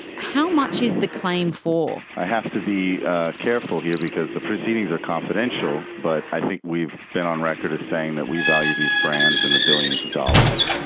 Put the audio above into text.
how much is the claim for? i have to be careful here because the proceedings are confidential, but i think we've been on record as saying that we value these brands in the billions of dollars.